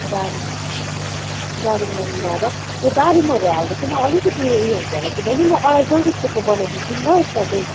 दारिम दारिमलाई मिलाएर यो दारिमहरू हाल्दा चाहिँ मलाई अलिकति उयो हुन्छ होला के बहिनी म अढाई सौ जस्तोको बनाइदिन्छु नि ल यसमा चाहिँ